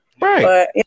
Right